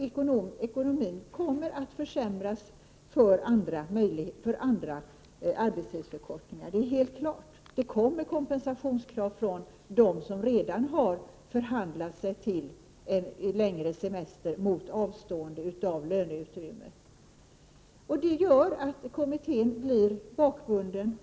Ekonomin kommer att försämras, så att möjligheterna för andra arbetstidsförkortningar blir mindre, det är helt klart. Det kommer kompensationskrav från dem som redan har förhandlat sig till en längre semester mot att de avstått löneutrymme. Det gör att kommittén blir bakbunden.